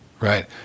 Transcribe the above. Right